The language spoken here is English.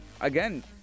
again